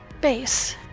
base